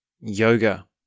yoga